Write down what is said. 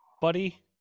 buddy